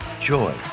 joy